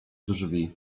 drzwi